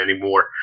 anymore